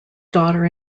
daughter